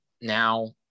now